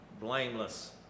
blameless